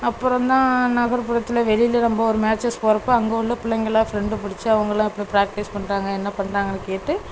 அப்புறம் தான் நகர்ப்புறத்தில் வெளியில நம்ப ஒரு மேட்ச்சஸ் போறப்போ அங்கே உள்ள பிள்ளைங்களாம் ஃப்ரெண்டு புடிச்சு அவங்களெலாம் இப்போ ப்ராக்டிஸ் பண்ணுறாங்க என்ன பண்ணுறாங்கன்னு கேட்டு